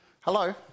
Hello